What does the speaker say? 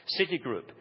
Citigroup